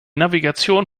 navigation